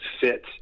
fit